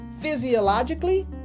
physiologically